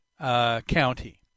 County